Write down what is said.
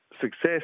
success